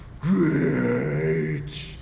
Great